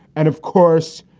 and of course,